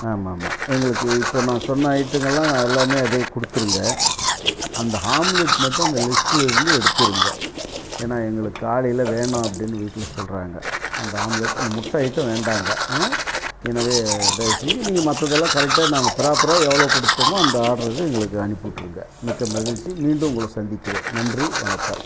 ஆமாம் ஆமாம் எங்களுக்கு இப்போது நான் சொன்ன ஐட்டங்கள்லாம் எல்லாமே அதே கொடுத்துருங்க அந்த ஹாம்லேட் மட்டும் அந்த லிஸ்ட்லிருந்து எடுத்திருங்க ஏன்னால் எங்களுக்கு காலையில் வேணாம் அப்படின்னு வீட்டில் சொல்கிறாங்க அந்த ஆம்லேட் அந்த முட்டை ஐட்டம் வேண்டாங்க ம் எனவே தயவுசெஞ்சு நீங்கள் மற்றதெல்லாம் கரெக்ட்டாக நாங்கள் ப்ராப்பராக எவ்வளோ கொடுத்தமோ அந்த ஆடருக்கு எங்களுக்கு அனுப்பிவிட்ருங்க மிக்க மகிழ்ச்சி மீண்டும் உங்களை சந்திக்கிறேன் நன்றி வணக்கம்